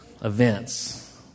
events